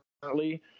currently